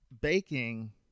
Baking